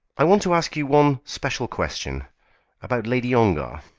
i want to ask you one special question about lady ongar.